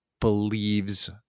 believes